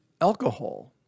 alcohol